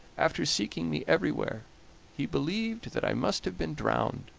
after seeking me everywhere he believed that i must have been drowned,